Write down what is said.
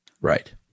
Right